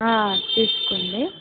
తీసుకోండి